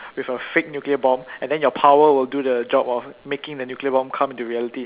with a fake nuclear bomb and then your power will do the job of making the nuclear bomb come into reality